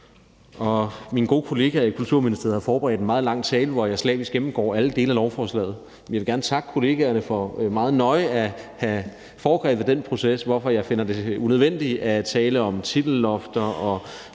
Mine gode kollegaer i Kulturministeriet har forberedt en meget lang tale, hvor jeg slavisk gennemgår alle dele af lovforslaget, men jeg vil gerne takke kollegaerne for meget nøje at have foregrebet den proces, hvorfor jeg finder det unødvendigt at tale om titellofter,